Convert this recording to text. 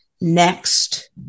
next